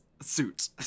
suit